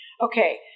Okay